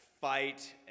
fight